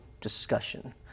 discussion